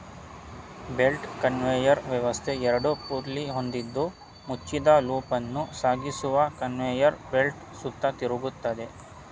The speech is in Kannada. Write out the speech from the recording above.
ಬೆಲ್ಟ್ ಕನ್ವೇಯರ್ ವ್ಯವಸ್ಥೆ ಎರಡು ಪುಲ್ಲಿ ಹೊಂದಿದ್ದು ಮುಚ್ಚಿದ ಲೂಪನ್ನು ಸಾಗಿಸುವ ಕನ್ವೇಯರ್ ಬೆಲ್ಟ್ ಸುತ್ತ ತಿರುಗ್ತದೆ